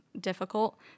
difficult